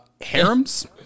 harems